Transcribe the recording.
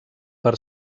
per